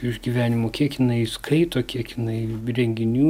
iš gyvenimo kiek jinai skaito kiek jinai renginių